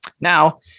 Now